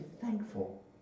thankful